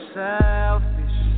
selfish